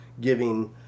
Giving